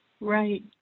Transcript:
Right